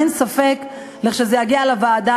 ואין ספק שכשזה יגיע לוועדה,